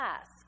ask